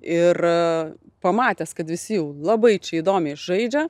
ir pamatęs kad visi jau labai čia įdomiai žaidžia